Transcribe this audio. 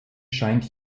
scheint